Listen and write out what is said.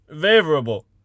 Favorable